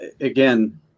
again